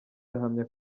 ahamya